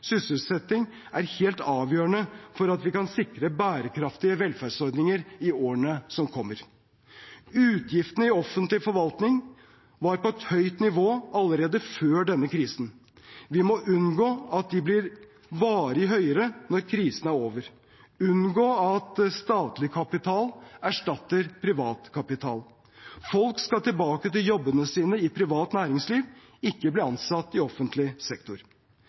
sysselsetting, er helt avgjørende for at vi kan sikre bærekraftige velferdsordninger i årene som kommer. Utgiftene i offentlig forvaltning var på et høyt nivå allerede før denne krisen. Vi må unngå at de blir varig høyere når krisen er over, unngå at statlig kapital erstatter privat kapital. Folk skal tilbake til jobbene sine i privat næringsliv, ikke bli ansatt i offentlig sektor.